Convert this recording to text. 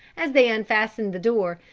as they unfastened the door,